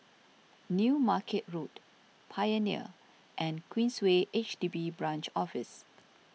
New Market Road Pioneer and Queensway H D B Branch Office